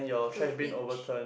to the beach